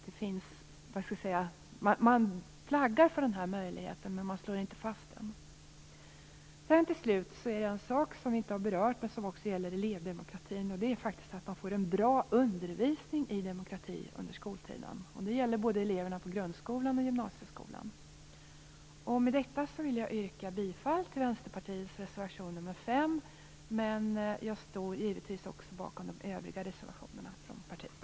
Det flaggas för möjligheten, men den slås inte fast. Till slut en sak som inte har berörts men som också gäller elevdemokratin, nämligen att få en bra undervisning i demokrati under skoltiden. Det gäller eleverna både på grundskolan och på gymnasieskolan. Med detta vill jag yrka bifall till reservation 2 under mom. 5. Men jag står givetvis bakom övriga reservationer från partiet.